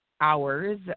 hours